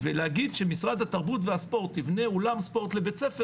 ולהגיד שמשרד התרבות והספורט יבנה אולם ספורט לבית-ספר